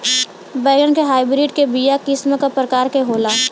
बैगन के हाइब्रिड के बीया किस्म क प्रकार के होला?